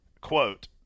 quote